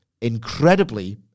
incredibly